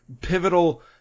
pivotal